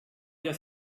hier